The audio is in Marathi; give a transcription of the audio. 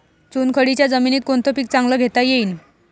चुनखडीच्या जमीनीत कोनतं पीक चांगलं घेता येईन?